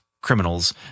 criminals